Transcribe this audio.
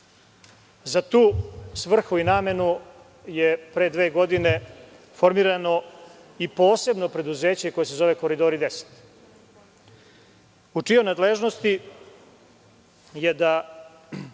tu svrhu i namenu je pre dve godine formirano i posebno preduzeće koje se zove „Koridori 10“ u čijoj je nadležnosti da